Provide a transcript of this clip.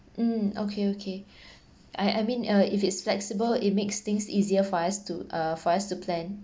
mm okay okay I I mean uh if it's flexible it makes things easier for us to uh for us to plan